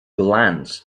glance